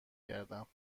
گردم